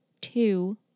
two